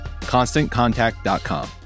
ConstantContact.com